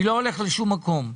אני לא הולך לשום מקום,